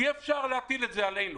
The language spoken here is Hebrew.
אי אפשר להטיל את זה עלינו.